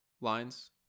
lines